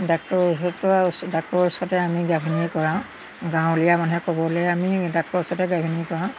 ডাক্টৰৰ ওচৰতো আৰু ওচৰত ডাক্টৰৰ ওচৰতে আমি গাভনীয়ে কৰাওঁ গাঁৱলীয়া মানুহে ক'বলৈ আমি ডাক্টৰৰ ওচৰতে গাভিনী কৰাওঁ